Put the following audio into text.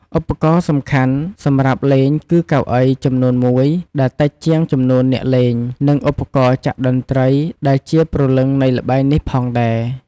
ឧបករណ៍សំខាន់សម្រាប់លេងគឺ កៅអី ចំនួនមួយដែលតិចជាងចំនួនអ្នកលេង និង ឧបករណ៍ចាក់តន្ត្រី ដែលជាព្រលឹងនៃល្បែងនេះផងដែរ។